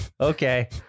Okay